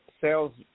sales